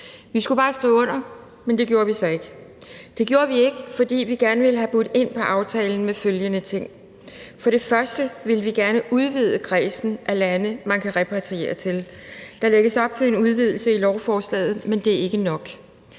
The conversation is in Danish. Vi skulle bare skrive under, men det gjorde vi så ikke. Det gjorde vi ikke, fordi vi gerne ville have budt ind på aftalen med følgende ting: For det første ville vi gerne udvide kredsen af lande, man kan repatriere til. Der lægges op til en udvidelse i lovforslaget, men det er ikke nok.